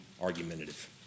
argumentative